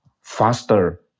faster